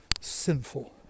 sinful